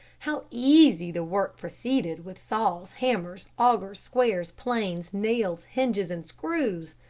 how easy the work proceeded with saws, hammers, augers, squares, planes, nails, hinges, and screws!